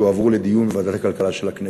שהועברו לדיון בוועדת הכלכלה של הכנסת.